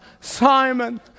Simon